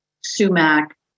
sumac